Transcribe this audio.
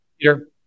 Peter